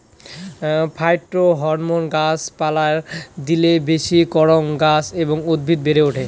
phytohormone গাছ পালায় দিলি বেশি করাং গাছ এবং উদ্ভিদ বেড়ে ওঠে